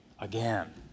again